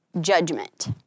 judgment